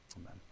Amen